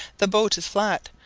the boat is flat,